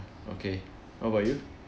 okay what about you